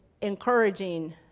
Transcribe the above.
encouraging